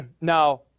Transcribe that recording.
Now